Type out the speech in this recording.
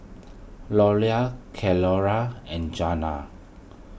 Loula Cleora and Jeana